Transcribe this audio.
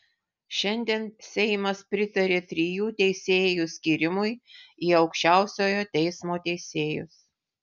šiandien seimas pritarė trijų teisėjų skyrimui į aukščiausiojo teismo teisėjus